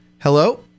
Hello